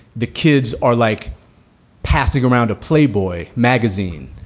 the kids are like passing around a playboy magazine,